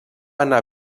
anar